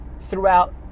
throughout